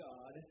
God